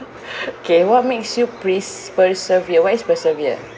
okay what makes you pre~ persevere what is persevere